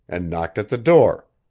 and knocked at the door.